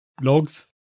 logs